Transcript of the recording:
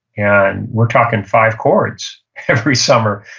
and we're talking five cords every summer,